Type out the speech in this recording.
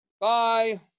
Bye